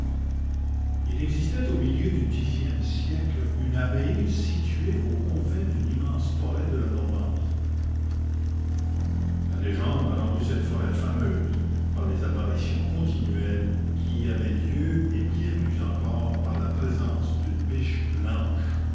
il existait au milieu du e siècle une abbaye située aux confins d'une immense forêt de la normandie la légende a rendu cette forêt fameuse par les apparitions continuelles qui y avaient lieu et bien plus encore par la présence d'une biche blanche